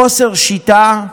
חוסר שיטה.